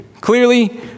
Clearly